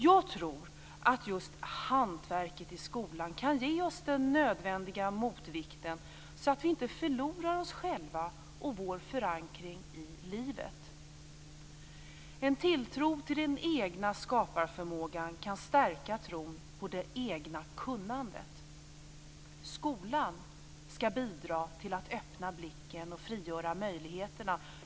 Jag tror att just hantverket i skolan kan ge oss den nödvändiga motvikten, så att vi inte förlorar oss själva och vår förankring i livet. En tilltro till den egna skaparförmågan kan stärka tron på det egna kunnandet. "Skolan ska bidra till att öppna blicken och frigöra möjligheterna".